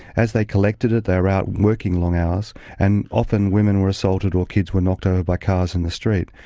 as they collected it they were out working long hours and often women were assaulted or kids were knocked over by cars in the street.